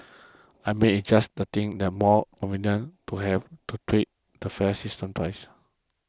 I mean it's just that the think the more convenient to have to tweak the fare system twice